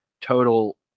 total